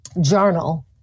journal